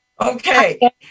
Okay